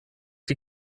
die